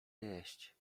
jeść